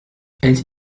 elle